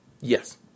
Yes